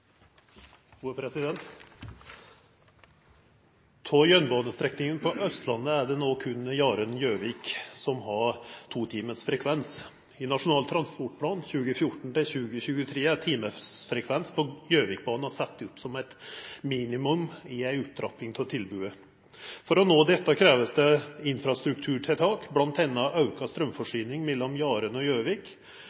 på Østlandet er det nå kun Jaren-Gjøvik som har totimers frekvens. I Nasjonal transportplan for 2014–2023 er timefrekvens på Gjøvikbanen satt som et minimum i en opptrapping av tilbudet. For å nå dette kreves det infrastrukturtiltak,